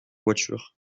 voiture